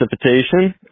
precipitation